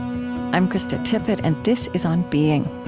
i'm krista tippett, and this is on being